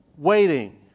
waiting